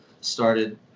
started